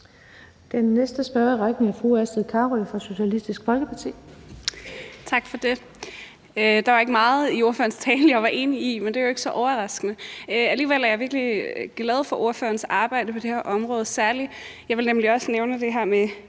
Den næste spørger i rækken er fru Astrid Carøe fra Socialistisk Folkeparti. Kl. 14:49 Astrid Carøe (SF): Tak for det. Der var ikke meget i ordførerens tale, jeg var enig i, men det er jo ikke så overraskende. Alligevel er jeg virkelig glad for ordførerens arbejde på særlig det her område, og jeg vil også nævne de to